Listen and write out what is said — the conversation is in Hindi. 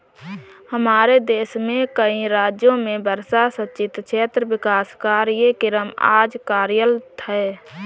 हमारे देश के कई राज्यों में वर्षा सिंचित क्षेत्र विकास कार्यक्रम आज कार्यरत है